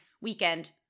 weekend